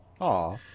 Aw